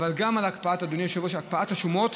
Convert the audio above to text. אבל גם, אדוני היושב-ראש, על הקפאת השומות.